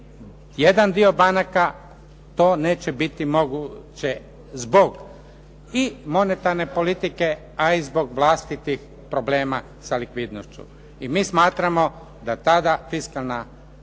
Jedan dio banaka to neće biti moguće zbog i monetarne politike a i zbog vlastitih problema sa likvidnošću. I mi smatramo da tada fiskalna